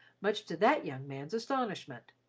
much to that young man's astonishment.